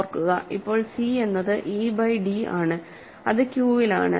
ഓർക്കുക ഇപ്പോൾ c എന്നത് e ബൈ dആണ് അത് Q ലാണ്